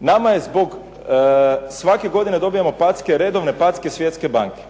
Nama je zbog, svake godine dobivamo packe, redovne packe Svjetske banke.